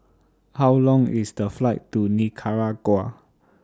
How Long IS The Flight to Nicaragua